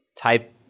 type